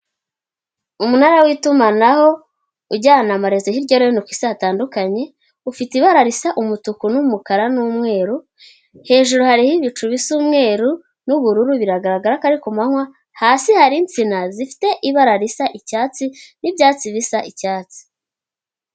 Umunara w'itumanaho ujyana amarezo hirya no hino ku isi hatandukanye, ufite ibara risa umutuku n'umukara n'umweru, hejuru hariho ibicu bisa numweru n'ubururu, biragaragara ko ari ku manywa, hasi hari insina zifite ibara risa icyatsi n'ibyatsi bisa icyatsi.